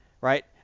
right